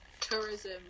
tourism